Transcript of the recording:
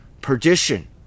Perdition